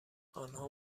آنها